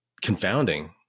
confounding